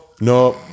no